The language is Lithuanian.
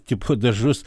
tipo dažus